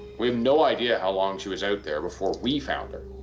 we have no idea how long she was out there before we found her.